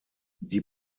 die